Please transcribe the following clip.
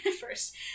first